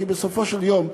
כי בסופו של דבר,